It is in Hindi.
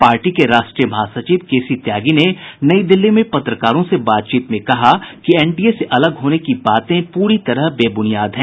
पार्टी के राष्ट्रीय महासचिव केसी त्यागी ने नई दिल्ली में पत्रकारों से बातचीत में कहा कि एनडीए से अलग होने की बातें पूरी तरह बेब्रनियाद हैं